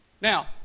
Now